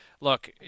look